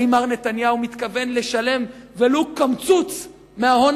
האם מר נתניהו מתכוון לשלם ולו קמצוץ מההון